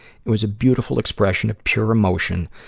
it was a beautiful expression of pure emotion,